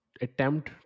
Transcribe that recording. attempt